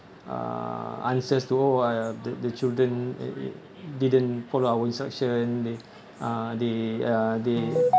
uh answers to oh uh the the children didn't follow instruction they uh they uh they